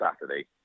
Saturday